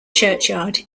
churchyard